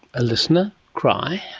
a listener cry.